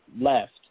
left